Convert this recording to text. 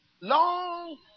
Long